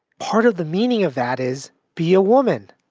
part of the meaning of that is be a woman,